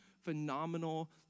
phenomenal